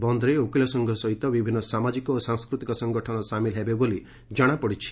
ବନ୍ଦରେ ଓକିଲ ସଂଘ ସହିତ ବିଭିନ୍ ସାମାଜିକ ଓ ସାଂସ୍କୃତିକ ସଂଗଠନ ସାମିଲ ହେବେ ବୋଲି ଜଶାପଡିଛି